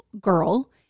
girl